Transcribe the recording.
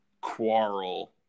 quarrel